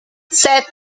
sept